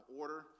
order